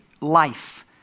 life